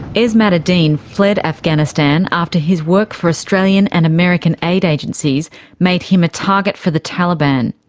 esmat adine fled afghanistan after his work for australian and american aid agencies made him a target for the taliban.